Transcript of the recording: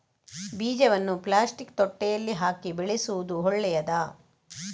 ಬೀಜವನ್ನು ಪ್ಲಾಸ್ಟಿಕ್ ತೊಟ್ಟೆಯಲ್ಲಿ ಹಾಕಿ ಬೆಳೆಸುವುದು ಒಳ್ಳೆಯದಾ?